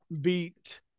beat